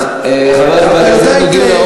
חברי חברי הכנסת,